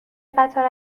قطار